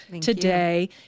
today